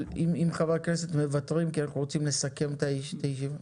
אם חברי הכנסת מוותרים כי אנחנו רוצים לסכם את הישיבה.